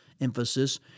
emphasis